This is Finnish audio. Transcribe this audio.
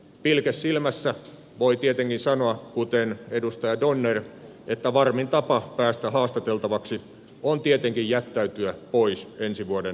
pilke silmässä voi tietenkin sanoa kuten edustaja donner että varmin tapa päästä haastateltavaksi on tietenkin jättäytyä pois ensi vuoden eduskuntavaaleissa